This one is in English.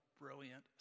brilliant